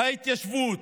ההתיישבות